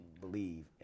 believe